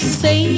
say